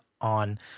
on